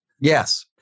Yes